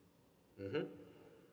mmhmm